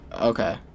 Okay